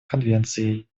конвенцией